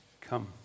Come